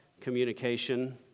communication